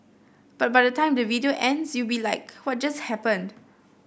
but by the time the video ends you'll be like what just happened